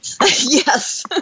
Yes